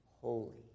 holy